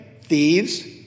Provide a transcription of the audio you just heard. Thieves